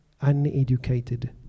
uneducated